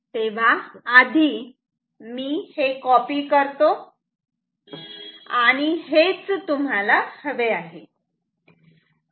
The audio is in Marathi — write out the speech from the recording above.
तेव्हा आधी मी हे कॉपी करतो आणि हेच तुम्हाला हवे आहे